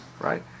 Right